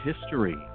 History